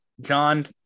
john